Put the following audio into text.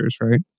right